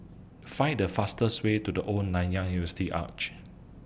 Find The fastest Way to The Old Nanyang University Arch